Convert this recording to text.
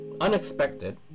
unexpected